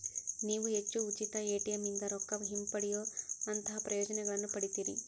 ನೇವು ಹೆಚ್ಚು ಉಚಿತ ಎ.ಟಿ.ಎಂ ಇಂದಾ ರೊಕ್ಕಾ ಹಿಂಪಡೆಯೊಅಂತಹಾ ಪ್ರಯೋಜನಗಳನ್ನ ಪಡಿತೇರಿ